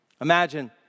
Imagine